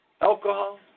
alcohol